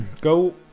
go